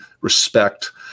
respect